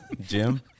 Jim